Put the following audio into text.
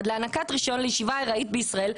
להענקת רישיון לישיבה ארעית בישראל,